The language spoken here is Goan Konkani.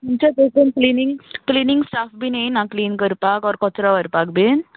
तुमच्या थंयसून क्लिनिंग क्लिनिंग स्टाफ बीन येयना क्लिन करपाक ओर कचरो व्हरपाक बीन